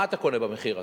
מה אתה קונה במחיר הזה?